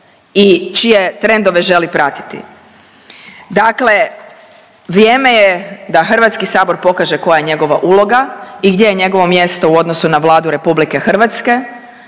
i čije trendove želi pratiti. Dakle, vrijeme je da Hrvatski sabor pokaže koja je njegova uloga i gdje je njegovo mjesto u odnosu na Vladu RH. Stoga sve